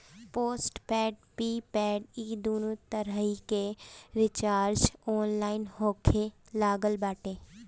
postpaid prepaid इ दूनो तरही के रिचार्ज ऑनलाइन होखे लागल बाटे